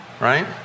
right